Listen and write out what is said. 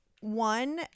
one